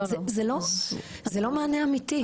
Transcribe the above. זה לא מענה אמיתי.